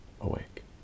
awake